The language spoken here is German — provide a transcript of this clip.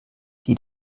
die